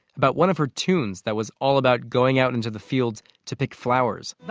about one of her tunes that was all about going out into the fields to pick flowers.